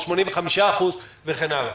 85% וכן הלאה?